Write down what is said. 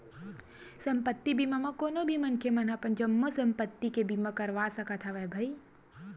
संपत्ति बीमा म कोनो भी मनखे ह अपन जम्मो संपत्ति के बीमा करवा सकत हवय भई